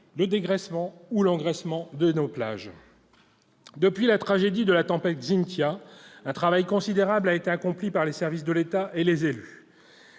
le dégraissement ou l'engraissement des plages. Depuis la tragédie de la tempête Xynthia, un travail considérable a été accompli par les services de l'État et par les élus.